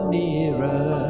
nearer